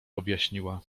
objaśniła